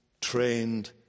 trained